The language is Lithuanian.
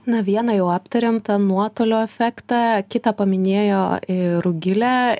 na vieną jau aptarėm tą nuotolio efektą kitą paminėjo ir rugilė